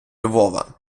львова